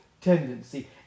tendency